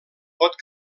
pot